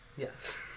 Yes